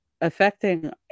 affecting